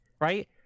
Right